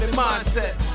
mindset